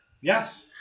Yes